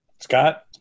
Scott